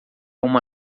uma